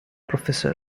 professor